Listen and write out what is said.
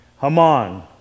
Haman